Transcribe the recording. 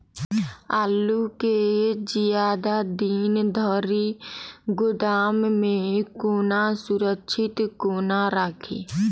आलु केँ जियादा दिन धरि गोदाम मे कोना सुरक्षित कोना राखि?